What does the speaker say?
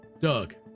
Doug